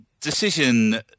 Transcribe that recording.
decision